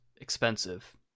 expensive